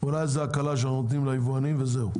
אולי זאת הקלה שאנחנו נותנים ליבואנים וזהו?